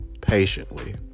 patiently